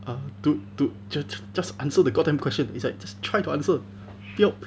uh dude dude just just answer the god damn question it's like just try to answer